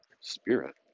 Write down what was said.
spirit